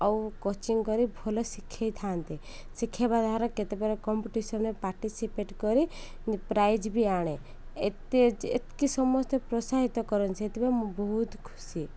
ଆଉ କୋଚିଙ୍ଗ କରି ଭଲ ଶିଖାଇଥାନ୍ତି ଶିଖାଇବା ଦ୍ୱାରା କେତେବେଳେ କମ୍ପିଟିସନରେ ପାର୍ଟିସିପେଟ୍ କରି ପ୍ରାଇଜ୍ ବି ଆଣେ ଏତେ ଏତେ ସମସ୍ତେ ପ୍ରୋତ୍ସାହିତ କରନ୍ତି ସେଥିପାଇଁ ମୁଁ ବହୁତ ଖୁସି